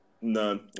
No